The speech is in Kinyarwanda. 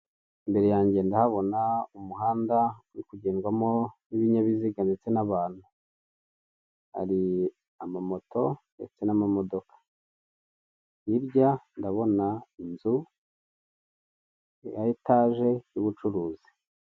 Imbere yanjye ndahabona umuhanda uri kugendwamo n'ibinyabiziga ndetse n'abantu, hari amamoto ndetse n'amamodoka, hirya ndabona inzu ya etaje y'ubucuruzi.